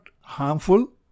harmful